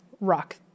rock